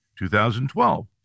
2012